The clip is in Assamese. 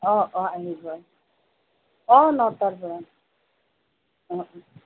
অ অ আহিব অ নটাৰ পৰা অ অ